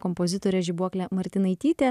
kompozitorė žibuoklė martinaitytė